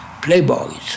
playboys